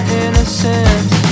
innocence